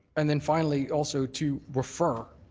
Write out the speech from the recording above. and then finally also to refer